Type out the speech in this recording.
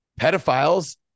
pedophiles